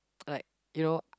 like you know